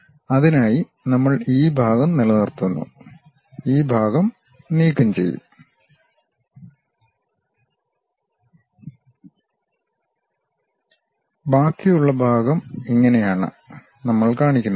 അതിനായി നമ്മൾ ഈ ഭാഗം നിലനിർത്തുന്നു ആ ഭാഗം നീക്കംചെയ്യും ബാക്കിയുള്ള ഭാഗം ഇങ്ങനെ ആണ് നമ്മൾ കാണിക്കുന്നത്